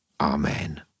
Amen